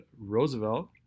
roosevelt